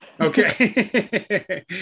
okay